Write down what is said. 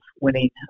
winning